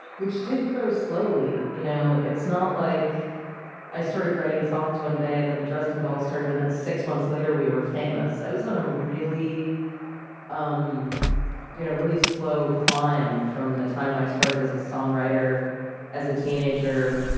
which did grow slowly you know it's not like i started writing songs one day, and then the dresden dolls started, and then six months later, we were famous. i was on a really um you know really slow climb from the time i started as a songwriter as a teenager,